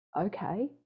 Okay